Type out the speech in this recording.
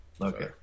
Okay